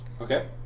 Okay